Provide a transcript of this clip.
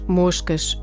moscas